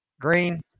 Green